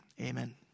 amen